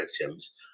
victims